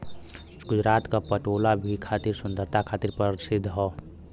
गुजरात क पटोला भी अपनी सुंदरता खातिर परसिद्ध हौ